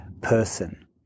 person